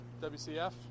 WCF